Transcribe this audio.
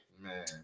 man